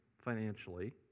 financially